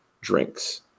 drinks